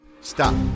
Stop